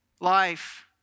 Life